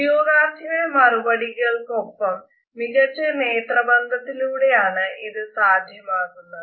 ഉദ്യോഗാർത്ഥിയുടെ മറുപടികൾക്കൊപ്പം മികച്ച നേത്രബന്ധത്തിലൂടെയുമാണ് ഇത് സാധ്യമാകുന്നത്